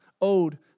owed